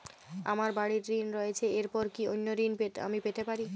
আমার বাড়ীর ঋণ রয়েছে এরপর কি অন্য ঋণ আমি পেতে পারি?